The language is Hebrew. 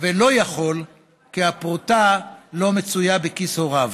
ולא יכול כי הפרוטה לא מצויה בכיס הוריו.